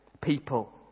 people